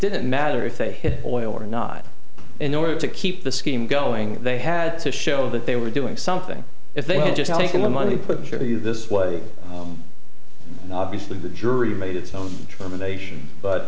didn't matter if they hit oil or not in order to keep the scheme going they had to show that they were doing something if they had just taken the money put surely this was obviously the jury made its own determination but